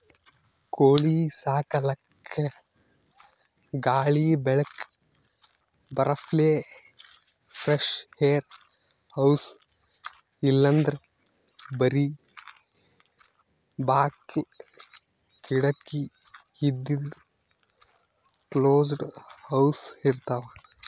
ಕೋಳಿ ಸಾಕಲಕ್ಕ್ ಗಾಳಿ ಬೆಳಕ್ ಬರಪ್ಲೆ ಫ್ರೆಶ್ಏರ್ ಹೌಸ್ ಇಲ್ಲಂದ್ರ್ ಬರಿ ಬಾಕ್ಲ್ ಕಿಡಕಿ ಇದ್ದಿದ್ ಕ್ಲೋಸ್ಡ್ ಹೌಸ್ ಇರ್ತವ್